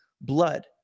blood